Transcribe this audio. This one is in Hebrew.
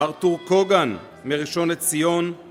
ארתור קוגן מראשון לציון